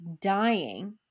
dying